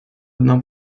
одна